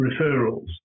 referrals